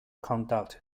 conduct